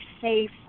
safe